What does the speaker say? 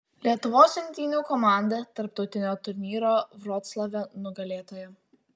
lietuvos imtynių komanda tarptautinio turnyro vroclave nugalėtoja